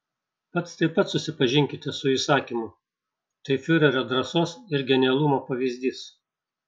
pats taip pat susipažinkite su įsakymu tai fiurerio drąsos ir genialumo pavyzdys